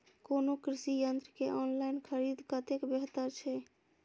कोनो कृषि यंत्र के ऑनलाइन खरीद कतेक बेहतर छै?